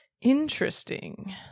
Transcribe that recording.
Interesting